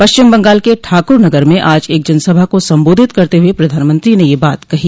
पश्चिम बंगाल के ठाक्रनगर में आज एक जनसभा को संबोधित करते हुए प्रधानमंत्री ने ये बात कही